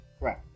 Right